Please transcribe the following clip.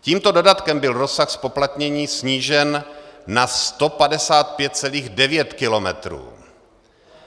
Tímto dodatkem byl rozsah zpoplatnění snížen na 155,9 kilometru